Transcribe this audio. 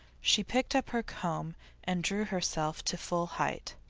she picked up her comb and drew herself to full height.